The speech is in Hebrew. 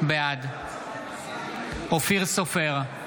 בעד אופיר סופר,